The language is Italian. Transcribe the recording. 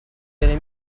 delle